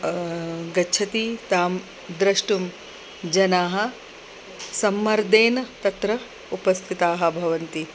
गच्छति तां द्रष्टुं जनाः सम्मर्देन तत्र उपस्थिताः भवन्ति